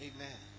Amen